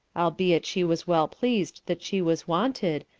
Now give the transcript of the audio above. albeit she was well pleased that she was wanted,